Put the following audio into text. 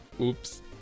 Oops